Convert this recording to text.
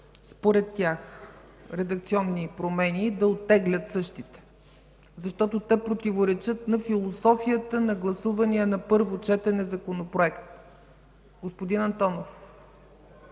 според тях промени, да ги оттеглят, защото те противоречат на философията на гласувания на първо четене Законопроект. Господин Антонов,